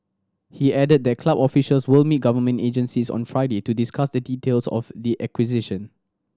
he added that club officials will meet government agencies on Friday to discuss the details of the acquisition